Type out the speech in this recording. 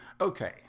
Okay